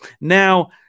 Now